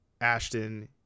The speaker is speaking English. Ashton